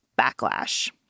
backlash